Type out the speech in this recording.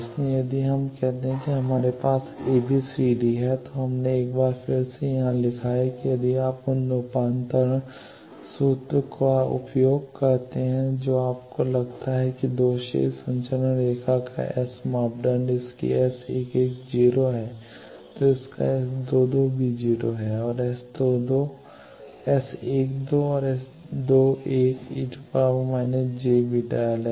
इसलिए यदि हम कहते हैं कि हमारे पास ABCD है तो हमने एक बार फिर से यहाँ लिखा है यदि आप उन रूपांतरण सूत्र को करते हैं जो आपको लगता है कि दोषरहित संचरण रेखा का S मापदंड इसकी S 11 0 है तो इसका S2 2 भी 0 है इसका S 12 है और S2 1 e− jβl हैं